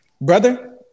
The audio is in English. brother